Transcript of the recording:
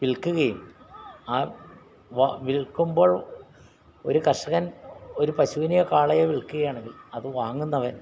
വിൽക്കുകയും ആ വ വിൽക്കുമ്പോൾ ഒരു കർഷകൻ ഒരു പശുവിനെയോ കാളയെയോ വിൽക്കുകയാണെങ്കിൽ അത് വാങ്ങുന്നവൻ